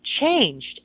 Changed